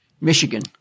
Michigan